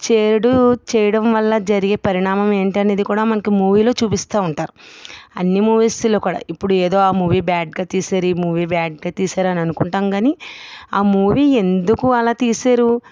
చెడు చేయడం వల్ల జరిగే పరిణామం ఏంటి అనేది కూడా మనకు మూవీలో చూపిస్తు ఉంటారు అన్నీ మూవీస్ లో కూడా ఇప్పుడు ఏదో ఆ మూవీ బ్యాడ్ గా తీశారు ఈ మూవీ బ్యాడ్గా తీసారు అని అనుకుంటాం కానీ ఆ మూవీ ఎందుకలా తీశారు